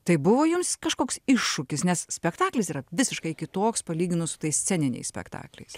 tai buvo jums kažkoks iššūkis nes spektaklis yra visiškai kitoks palyginus su tais sceniniais spektakliais